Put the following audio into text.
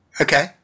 Okay